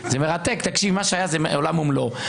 תקשיב, מה שהיה זה עולם ומלואו.